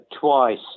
twice